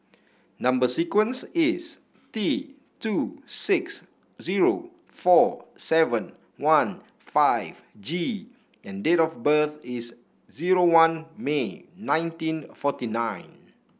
number sequence is T two six zero four seven one five G and date of birth is zero one May nineteen forty nine